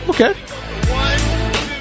Okay